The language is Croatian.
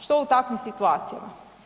Što u takvim situacijama?